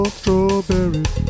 strawberries